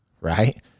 right